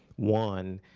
one,